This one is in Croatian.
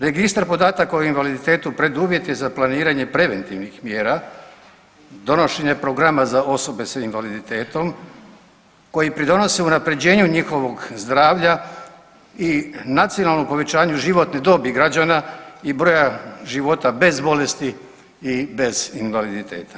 Registar podataka o invaliditetu preduvjet je za planiranje preventivnih mjera, donošenje programa za osobe s invaliditetom, koji pridonose unaprjeđenju njihovog zdravlja i nacionalnu povećanju životne dobi građana i broja života bez bolesti i bez invaliditeta.